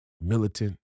militant